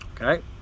Okay